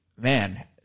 man